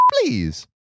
please